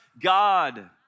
God